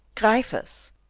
gryphus,